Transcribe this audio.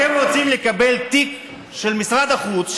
אתם רוצים לקבל תיק של משרד החוץ,